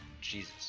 Jesus